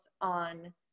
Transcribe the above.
on